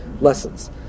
lessons